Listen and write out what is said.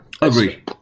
agree